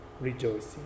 rejoicing